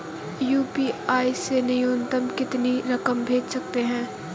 UPI से न्यूनतम कितनी रकम भेज सकते हैं?